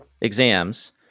exams